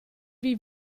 wie